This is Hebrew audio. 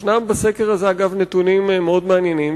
יש בסקר הזה נתונים מאוד מעניינים,